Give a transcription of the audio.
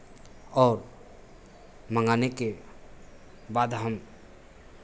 और मंगाने के बाद हम